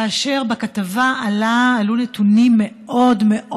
ובכתבה עלו נתונים מאוד מאוד